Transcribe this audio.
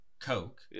Coke